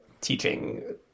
teaching